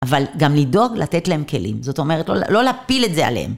אבל גם לדאוג לתת להם כלים, זאת אומרת לא להפיל את זה עליהם.